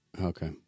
Okay